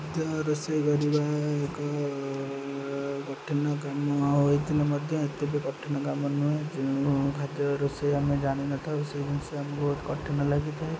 ଖାଦ୍ୟ ରୋଷେଇ କରିବା ଏକ କଠିନ କାମ ହୋଇଥିଲେ ମଧ୍ୟ ଏତେ ବି କଠିନ କାମ ନୁହେଁ ଯେଉଁ ଖାଦ୍ୟ ରୋଷେଇ ଆମେ ଜାଣିନଥାଉ ସେଇ ଜିନିଷ ଆମକୁ କଠିନ ଲାଗିଥାଏ